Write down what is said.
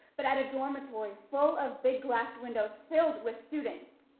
but and a dormitory full of big glass windows filled with students.